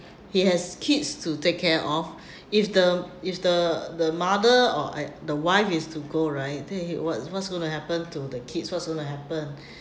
he has kids to take care of if the if the the mother or uh the wife is to go right then he what's what's going to happen to the kids what's going to happen